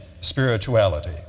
spirituality